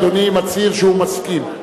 אדוני מצהיר שהוא מסכים.